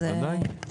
בוודאי.